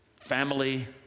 family